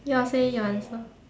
ya say your answer